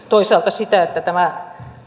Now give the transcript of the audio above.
sitä että tämä